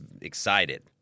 excited